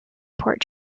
port